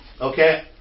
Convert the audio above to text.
okay